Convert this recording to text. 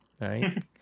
right